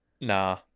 nah